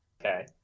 okay